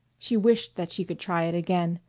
she wished that she could try it again.